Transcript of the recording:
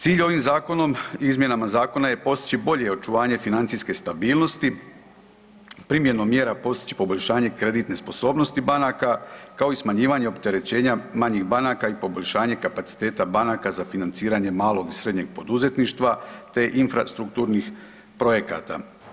Cilj je ovim zakonom izmjenama zakona postići bolje očuvanje financijske stabilnosti primjenom mjera postići poboljšanje kreditne sposobnosti banaka, kao i smanjivanje opterećenja manjih banaka i poboljšanje kapaciteta banaka za financiranje malog i srednjeg poduzetništva te infrastrukturnih projekata.